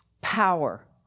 power